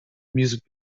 music